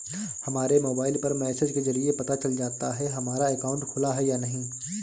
हमारे मोबाइल पर मैसेज के जरिये पता चल जाता है हमारा अकाउंट खुला है या नहीं